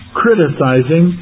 criticizing